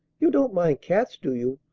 you don't mind cats, do you?